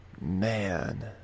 Man